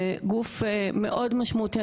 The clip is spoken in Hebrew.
זה גוף מאוד משמעותי.